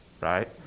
right